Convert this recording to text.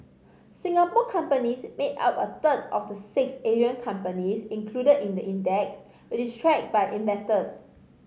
Singapore companies made up a third of the six Asian companies included in the index which is tracked by investors